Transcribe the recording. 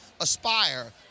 Aspire